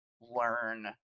learn